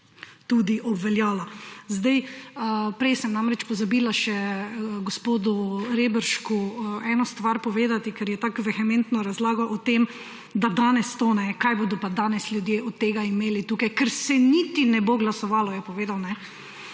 tudi obveljala. Zdaj, prej sem namreč pozabila še gospodu Reberšku eno stvar povedati, ker je tako vehementno razlagal o tem, da danes to, kaj bodo pa danes ljudje od tega imeli tukaj. Ker se niti ne bo glasovalo, je povedal.